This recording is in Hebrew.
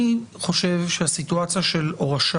חושב שסיטואציה של הורשה